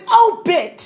open